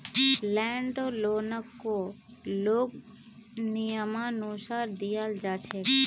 land लोनकको लोगक नियमानुसार दियाल जा छेक